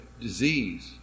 disease